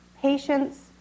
patience